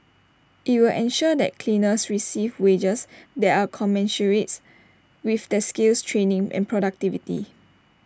IT will ensure that cleaners receive wages that are commensurate with their skills training and productivity